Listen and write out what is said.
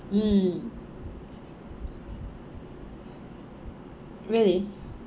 mm really